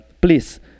Please